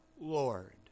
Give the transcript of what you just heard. Lord